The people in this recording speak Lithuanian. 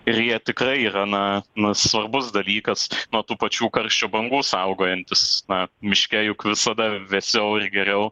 ir jie tikrai yra na nu svarbus dalykas nuo tų pačių karščio bangų saugojantis na miške juk visada vėsiau ir geriau